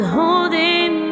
holding